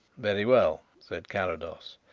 very well, said carrados.